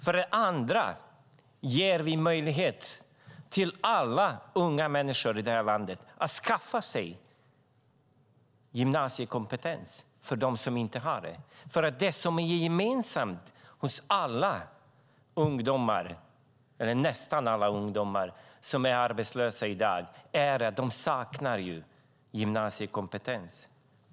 För det andra ger vi möjlighet till alla unga människor i det här landet som inte har gymnasiekompetens att skaffa sig det. Det som är gemensamt bland nästan alla ungdomar som är arbetslösa i dag är att de saknar gymnasiekompetens.